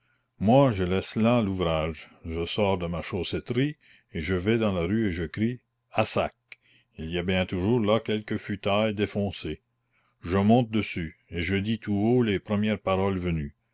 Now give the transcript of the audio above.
moi je laisse là l'ouvrage je sors de ma chausseterie et je vais dans la rue et je crie à sac il y a bien toujours là quelque futaille défoncée je monte dessus et je dis tout haut les premières paroles venues